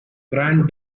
grand